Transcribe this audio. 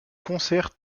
concert